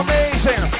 Amazing